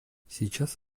сейчас